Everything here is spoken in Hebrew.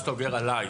כך אתה אוגר עלי.